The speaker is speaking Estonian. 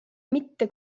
mitte